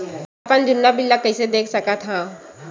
अपन जुन्ना बिल ला कइसे देख सकत हाव?